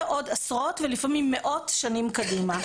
עוד עשרות ולפעמים מאות שנים קדימה.